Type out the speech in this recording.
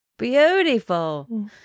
Beautiful